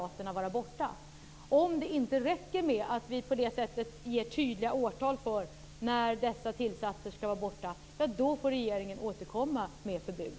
Om det inte räcker med att vi på det sättet ger tydliga årtal för när dessa tillsatser skall vara borta får regeringen återkomma med förbud.